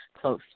close